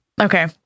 Okay